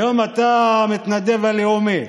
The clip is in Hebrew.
היום אתה המתנדב הלאומי.